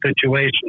situation